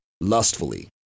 lustfully